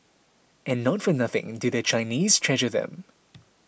and not for nothing do the Chinese treasure them